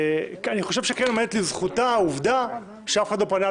אני חושב שעומדת לזכותה העובדה שאף אחד לא פנה,